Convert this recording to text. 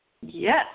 Yes